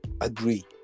agree